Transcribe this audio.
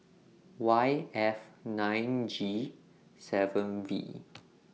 Y F nine G seven V